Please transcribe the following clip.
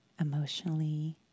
emotionally